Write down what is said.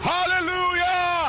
Hallelujah